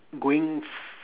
going